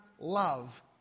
love